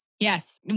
Yes